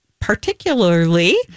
particularly